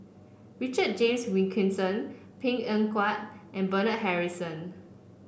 Richard James Wilkinson Png Eng Huat and Bernard Harrison